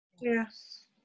Yes